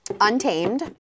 Untamed